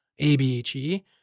ABHE